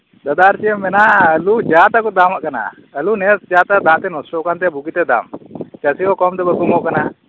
ᱫᱟᱫᱟ ᱟᱨ ᱪᱮᱫ ᱮᱢ ᱢᱮᱱᱟ ᱟᱞᱩ ᱡᱟ ᱛᱟ ᱠᱚᱢ ᱫᱟᱢᱟᱜ ᱠᱟᱱᱟ ᱟᱞᱩ ᱱᱮᱥ ᱡᱟ ᱛᱟ ᱫᱟᱜ ᱛᱮ ᱱᱚᱥᱴᱚᱜ ᱠᱟᱱᱛᱮ ᱵᱩᱜᱤᱛᱮ ᱫᱟᱢ ᱪᱟᱹᱥᱤ ᱠᱚ ᱠᱚᱢᱛᱮ ᱵᱟᱠᱚ ᱮᱢᱚᱜ ᱠᱟᱱᱟ